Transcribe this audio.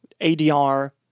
ADR